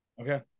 Okay